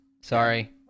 Sorry